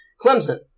Clemson